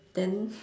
then